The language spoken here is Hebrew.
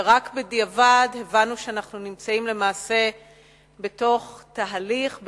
ורק בדיעבד הבנו שאנחנו נמצאים למעשה בתוך תהליך,